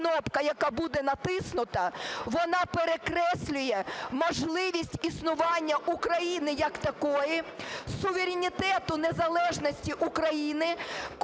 кнопка, яка буде натиснута, вона перекреслює можливість існування України як такої, суверенітету незалежності України,